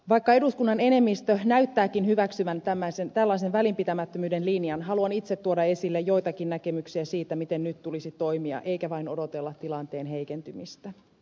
vaikka eduskunnan enemmistö näyttääkin hyväksyvän tällaisen välinpitämättömyyden linjan haluan itse tuoda esille joitakin näkemyksiä siitä miten nyt tulisi toimia eikä tulisi vain odotella tilanteen heikentymistä